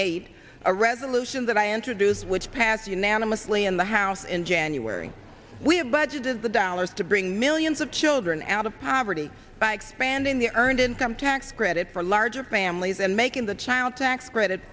eight a resolution that i introduced which passed unanimously in the house in january we have budgeted the dollars to bring millions of children out of poverty by expanding the earned income tax credit for larger families and making the child tax credit